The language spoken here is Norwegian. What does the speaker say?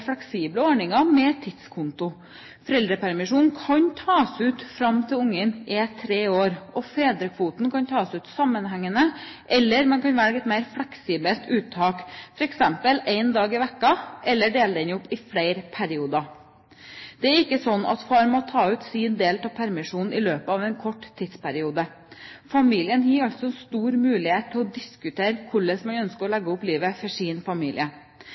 fleksible ordninger med tidskonto. Foreldrepermisjon kan tas ut fram til barnet er tre år, og fedrekvoten kan tas ut sammenhengende, eller man kan velge et mer fleksibelt uttak, f.eks. en dag i uka eller dele den opp i flere perioder. Det er ikke sånn at far må ta ut sin del av permisjonen i løpet av en kort tidsperiode. Familien har altså stor mulighet til å diskutere hvordan man ønsker å legge opp livet for sin familie.